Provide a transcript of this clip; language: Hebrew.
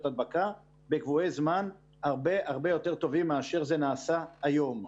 הדבקה בקבועי זמן הרבה יותר טובים מאשר זה נעשה היום.